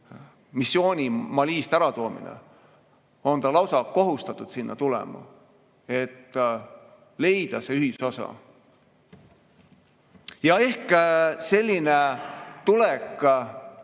missiooni Malist äratoomine, on ta lausa kohustatud sinna tulema, et leida see ühisosa. Ehk selline tulek